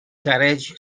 garej